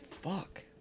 fuck